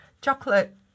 chocolate